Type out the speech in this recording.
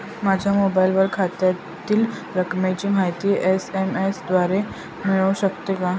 माझ्या मोबाईलवर खात्यातील रकमेची माहिती एस.एम.एस द्वारे मिळू शकते का?